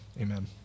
amen